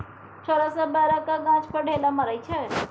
छौरा सब बैरक गाछ पर ढेला मारइ छै